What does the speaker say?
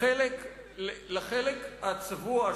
לחלק הצבוע,